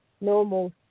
normal